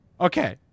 Okay